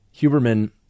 Huberman